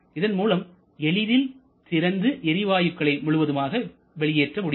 இதன் மூலம் எளிதாக திறந்து எரிந்த வாயுக்களை முழுவதுமாக வெளியேற்ற முடியும்